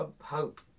hope